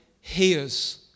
hears